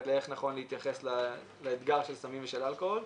לאיך נכון להתייחס לאתגר של סמים ואלכוהול,